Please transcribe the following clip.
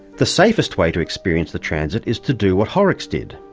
the safest way to experience the transit is to do what horrocks did,